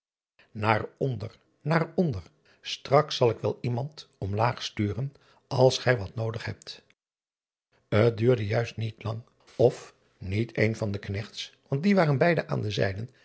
aar onder naar onder strak zal ik wel iemand om laag sturen als gij wat noodig hebt t uurde juist niet lang of niet een van de knechts want die waren beide aan de